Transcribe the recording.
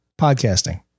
Podcasting